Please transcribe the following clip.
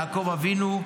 יעקב אבינו,